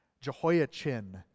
Jehoiachin